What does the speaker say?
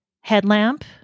headlamp